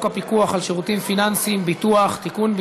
הפיקוח על שירותים פיננסיים (ביטוח) (תיקון,